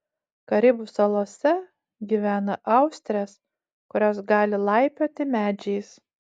karibų salose gyvena austrės kurios gali laipioti medžiais